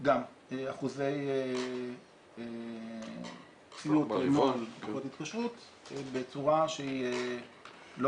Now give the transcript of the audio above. גם אחוזי הגשות של דוחות התקשרות בצורה שהיא לא